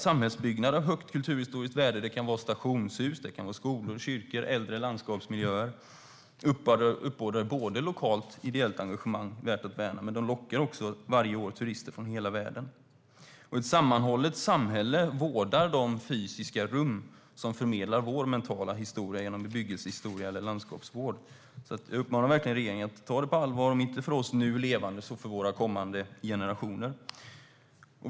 Samhällsbyggnad av högt kulturhistoriskt värde - det kan vara stationshus, skolor, kyrkor eller äldre landskapsmiljöer - uppbådar lokalt ideellt engagemang värt att värna men lockar också varje år turister från hela världen. Ett sammanhållet samhälle vårdar de fysiska rum som förmedlar vår mentala historia genom bebyggelsehistoria eller landskapsvård. Jag uppmanar regeringen att ta detta på allvar - om inte för oss nu levande så för våra kommande generationer.